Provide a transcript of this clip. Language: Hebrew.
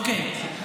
אוקיי.